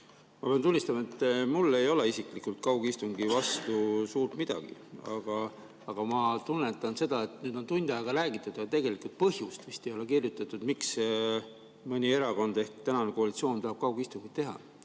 Ma pean tunnistama, et mul ei ole isiklikult kaugistungi vastu suurt midagi, aga ma tunnetan seda, et nüüd on tund aega räägitud ja tegelikku põhjust vist ei ole selgunud, miks mõni erakond ehk tänane koalitsioon tahab kaugistungit teha.